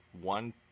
one